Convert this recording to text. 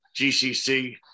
GCC